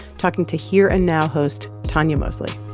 talking to here and now host tonya mosley